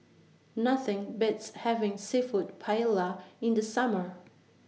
Nothing Beats having Seafood Paella in The Summer